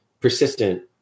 persistent